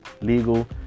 legal